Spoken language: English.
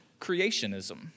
creationism